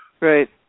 Right